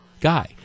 guy